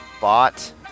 bought